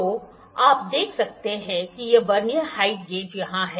तो आप देख सकते हैं कि यह वर्नियर हाइट गेज यहाँ है